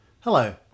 Hello